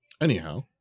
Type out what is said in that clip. Anyhow